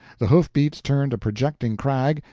the hoof-beats turned a projecting crag,